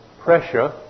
pressure